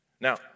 Now